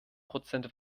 prozent